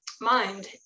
mind